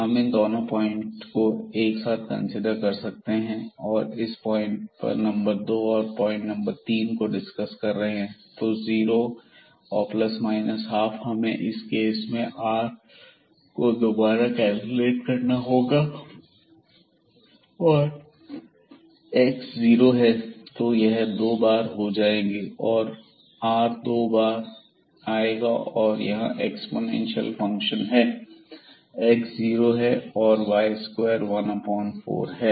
हम इन दोनों पॉइंट ्स को साथ में कंसीडर कर सकते हैं अब हम पॉइंट नंबर 2 और पॉइंट नंबर 3 को डिस्कस कर रहे हैं तो जीरो और ±12 हमें इस केस में r को दोबारा कैलकुलेट करना होगा और x जीरो है तो यह दो बार हो जाएंगी आर दो बार आएगा और यहां एक्स्पोनेंशियल फंक्शन है x जीरो है और y2 14 है